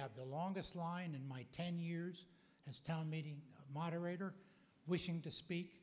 had the longest line in my ten years as town meeting moderator wishing to speak